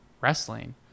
wrestling